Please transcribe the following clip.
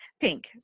Pink